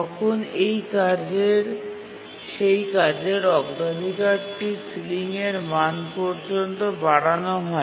তখন সেই কাজের অগ্রাধিকারটি সিলিংয়ের মান পর্যন্ত বাড়ানো হয়